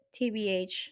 TBH